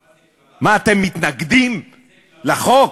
מה, אתם מתנגדים לחוק?